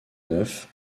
neufs